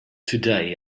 today